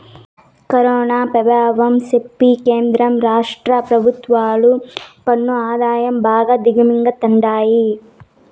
corona పెభావం సెప్పి కేంద్ర రాష్ట్ర పెభుత్వాలు పన్ను ఆదాయం బాగా దిగమింగతండాయి